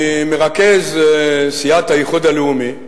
ממרכז סיעת האיחוד הלאומי,